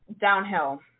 downhill